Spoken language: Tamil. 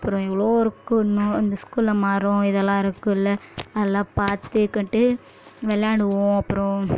அப்புறம் எவ்வளோ இருக்கும் இன்னும் அந்த ஸ்கூலில் மரம் இதெல்லாம் இருக்குதுல்ல அதெல்லாம் பார்த்துக்குட்டு விளாடுவோம் அப்புறம்